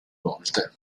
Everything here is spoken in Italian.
volte